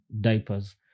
diapers